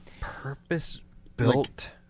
Purpose-built